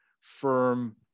firm